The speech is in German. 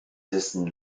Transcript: dessen